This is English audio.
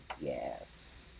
Yes